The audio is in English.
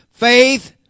Faith